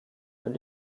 und